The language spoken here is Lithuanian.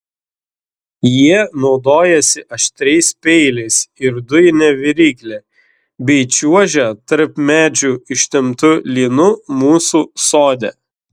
jie naudojasi aštriais peiliais ir dujine virykle bei čiuožia tarp medžių ištemptu lynu mūsų sode